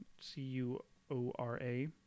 C-U-O-R-A